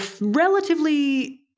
relatively